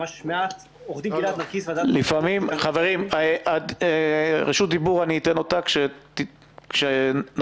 אני אתן את רשות הדיבור כשנחליט.